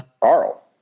Carl